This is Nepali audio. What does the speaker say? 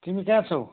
तिमी कहाँ छौ